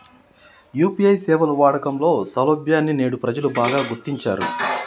UPI సేవల వాడకంలో సౌలభ్యాన్ని నేడు ప్రజలు బాగా గుర్తించారు